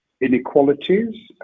inequalities